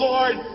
Lord